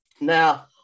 Now